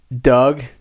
doug